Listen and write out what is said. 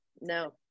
No